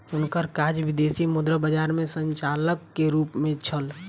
हुनकर काज विदेशी मुद्रा बजार में संचालक के रूप में छल